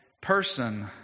person